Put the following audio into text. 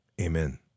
Amen